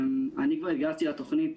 אני התגייסתי לתוכנית